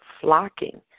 flocking